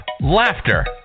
laughter